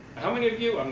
how many of you,